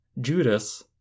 Judas